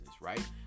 right